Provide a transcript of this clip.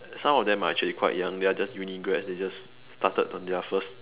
some of them are actually quite young they are just uni grads they just started on their first